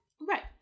Right